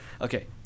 Okay